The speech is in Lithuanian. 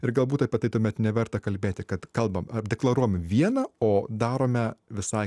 ir galbūt apie tai tuomet neverta kalbėti kad kalbam ar deklaruojam viena o darome visai